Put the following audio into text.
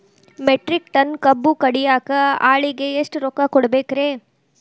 Metric ton ಕಬ್ಬು ಕಡಿಯಾಕ ಆಳಿಗೆ ಎಷ್ಟ ರೊಕ್ಕ ಕೊಡಬೇಕ್ರೇ?